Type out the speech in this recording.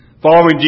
Following